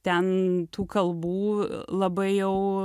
ten tų kalbų labai jau